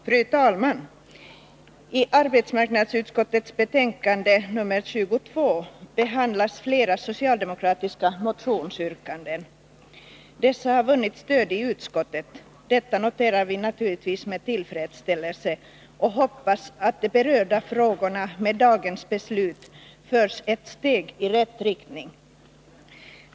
Fru talman! I arbetsmarknadsutskottets betänkande nr 22 behandlas flera socialdemokratiska motionsyrkanden. Dessa har vunnit stöd i utskottet. Detta noterar vi naturligtvis med tillfredsställelse och hoppas att de berörda frågorna med dagens beslut förs ett steg i rätt riktning.